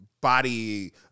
body